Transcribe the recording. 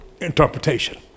interpretation